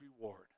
reward